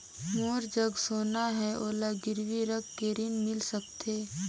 मोर जग सोना है ओला गिरवी रख के ऋण मिल सकथे?